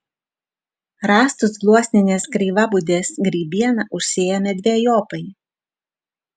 rąstus gluosninės kreivabudės grybiena užsėjame dvejopai